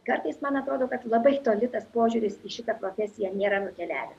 kartais man atrodo kad labai toli tas požiūris į šitą profesiją nėra nukeliavęs